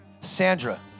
Sandra